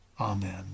Amen